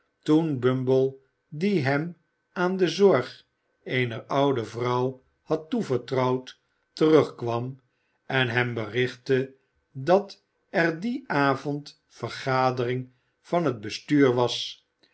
toen bumble die hem aan de zorg eener oude vrouw had toevertrouwd terugkwam en hem berichtte dat er dien avond vergadering van het bestuur was